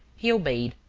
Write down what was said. he obeyed,